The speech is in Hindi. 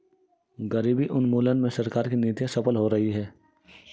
गरीबी उन्मूलन में सरकार की नीतियां सफल हो रही हैं